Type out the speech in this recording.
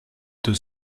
deux